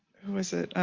was it,